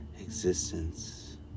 Existence